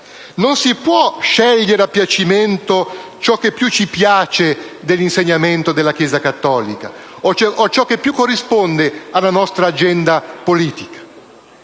Non si può scegliere a piacimento ciò che più ci piace dell'insegnamento della Chiesa cattolica o ciò che più corrisponde alla nostra agenda politica.